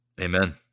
Amen